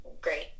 great